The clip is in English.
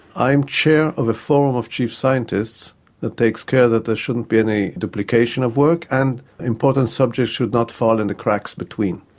i am chair of a forum of chief scientists that takes care that there shouldn't be any duplication of work and important subjects should not fall in the cracks between.